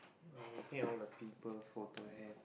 I looking at all the people's photo I add